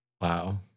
Wow